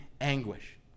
anguish